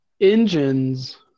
engines